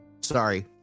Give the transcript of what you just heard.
Sorry